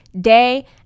day